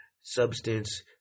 substance